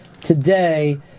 today